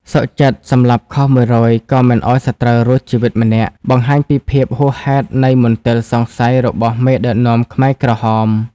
សុខចិត្តសម្លាប់ខុស ១០០ ក៏មិនឱ្យសត្រូវរួចជីវិតម្នាក់បង្ហាញពីភាពហួសហេតុនៃមន្ទិលសង្ស័យរបស់មេដឹកនាំខ្មែរក្រហម។